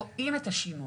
רואים את השינוי.